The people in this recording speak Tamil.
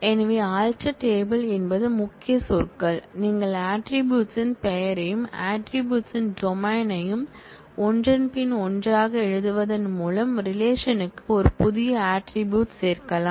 எனவே alter table என்பது முக்கிய சொற்கள் நீங்கள் ஆட்ரிபூட்ஸ் ன் பெயரையும் ஆட்ரிபூட்ஸ் ன் டொமைன் யும் ஒன்றன்பின் ஒன்றாக எழுதுவதன் மூலம் ரிலேஷன்க்கு ஒரு புதிய ஆட்ரிபூட்ஸ் சேர்க்கலாம்